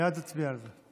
ואז נצביע על זה.